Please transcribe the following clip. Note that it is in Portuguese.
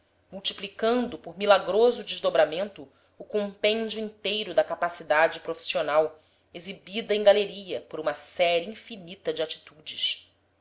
multiplicando por milagroso desdobramento o compêndio inteiro da capacidade profissional exibida em galeria por uma série infinita de atitudes